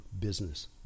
business